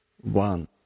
one